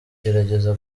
gerageza